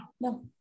No